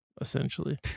essentially